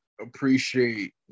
appreciate